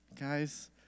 Guys